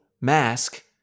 mask